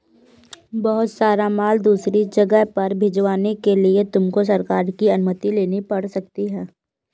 बहुत सारा माल दूसरी जगह पर भिजवाने के लिए तुमको सरकार की अनुमति लेनी पड़ सकती है